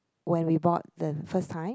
when we bought the first time